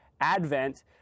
Advent